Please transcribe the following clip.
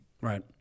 right